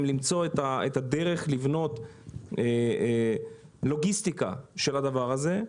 למצוא את הדרך לבנות לוגיסטיקה של הדבר הזה,